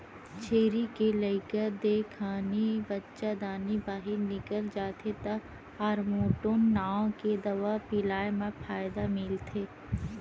छेरी के लइका देय खानी बच्चादानी बाहिर निकल जाथे त हारमोटोन नांव के दवा पिलाए म फायदा मिलथे